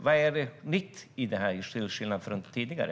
Vad är nytt i detta jämfört med tidigare?